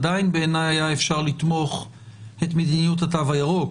עדיין בעיניי היה אפשר לתמוך את מדיניות התו הירוק.